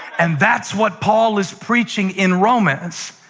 and that's what paul is preaching in romans.